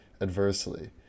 adversely